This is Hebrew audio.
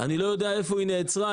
אני לא יודע איפה היא נעצרה,